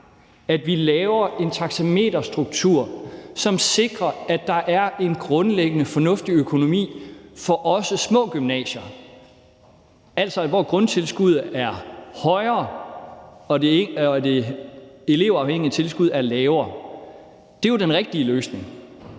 at vi laver en taxameterstruktur, som sikrer, at der er en grundlæggende fornuftig økonomi også for små gymnasier, altså hvor grundtilskuddet er højere og det elevafhængige tilskud er lavere. Det er jo den rigtige løsning,